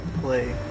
play